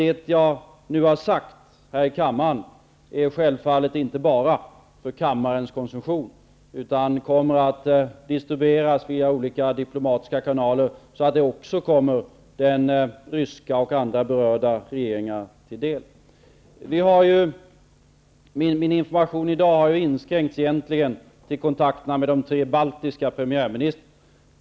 Det jag nu har sagt här i kammaren är självfallet inte bara för kammarens ''konsumtion'', utan det kommer att distribueras via olika diplomatiska kanaler, så att det också kommer den ryska regeringen och andra berörda regeringar till del. Min information i dag har egentligen inskränkts till kontakterna med de tre baltiska premiärministrarna.